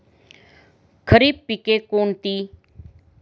खरीप पिके कोणती?